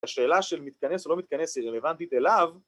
‫השאלה של מתכנס או לא מתכנס ‫היא רלוונטית אליו.